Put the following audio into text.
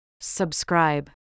Subscribe